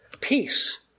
Peace